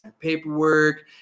paperwork